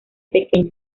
pequeño